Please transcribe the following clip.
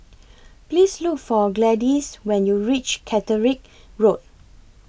Please Look For Gladyce when YOU REACH Catterick Road